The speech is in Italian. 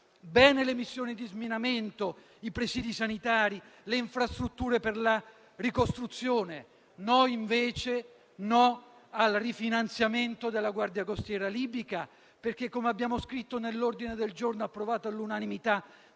Bene le missioni di sminamento, i presidi sanitari, le infrastrutture per la ricostruzione, no invece al rifinanziamento della Guardia costiera libica, perché come abbiamo scritto nell'ordine del giorno approvato all'unanimità